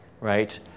right